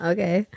Okay